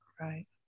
Right